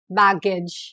baggage